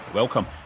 welcome